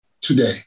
today